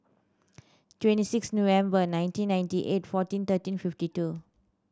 twenty six November nineteen ninety eight fourteen thirteen fifty two